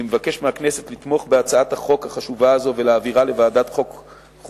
אני מבקש מהכנסת לתמוך בהצעת החוק החשובה הזאת ולהעבירה לוועדת החוקה,